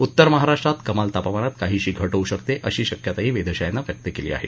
उत्तर महाराष्ट्रात कमाल तापमानात काहीशी घट होऊ शकते अशी शक्यताही वेधशाळेनं व्यक्त केली आहे